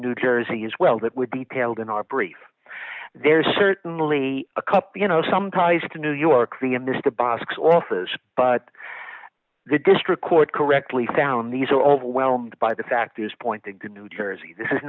new jersey as well that would be tailed in our brief there's certainly a couple you know some ties to new york city in this the box office but the district court correctly found these are overwhelmed by the factors pointing to new jersey this is